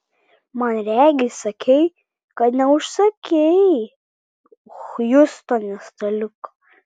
man regis sakei kad neužsakei hjustone staliuko